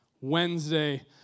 Wednesday